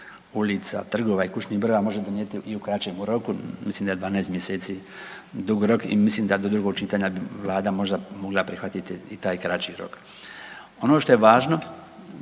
ulica, trgova i kućnih brojeva može donijeti i u kraćem roku, mislim da je 12 mjeseci dug rok i mislim da do drugog čitanja bi vlada možda mogla prihvatiti i taj kraći rok. Ono što je važno